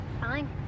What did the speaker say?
Fine